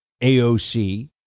AOC